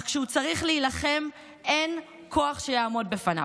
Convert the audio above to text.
אך כשהוא צריך להילחם אין כוח שיעמוד בפניו".